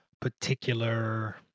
particular